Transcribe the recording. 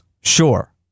Sure